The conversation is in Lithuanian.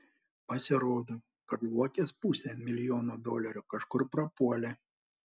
pasirodo kad luokės pusė milijono dolerių kažkur prapuolė